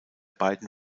beiden